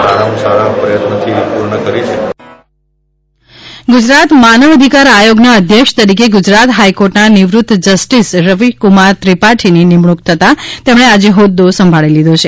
નિમણૂક ગુજરાત માનવ અધિકાર આયોગના અધ્યક્ષ તરીકે ગુજરાત ફાઇકોર્ટના નિવૃત્ત જસ્ટીસ રવિકુમાર ત્રિપાઠીની નિમણુક થતા તેમણે આજે હોદ્દો સંભાળી લીધો છે